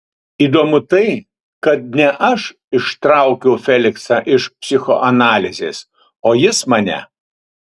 įdomu tai kad ne aš ištraukiau feliksą iš psichoanalizės o jis mane